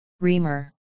Reamer